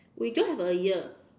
we don't have a year